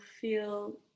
feel